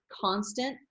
constant